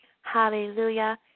Hallelujah